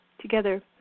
together